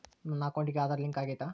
ನನ್ನ ಅಕೌಂಟಿಗೆ ಆಧಾರ್ ಲಿಂಕ್ ಆಗೈತಾ?